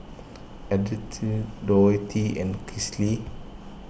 Dorthea and Kinsley